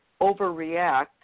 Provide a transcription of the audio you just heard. overreact